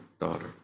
daughter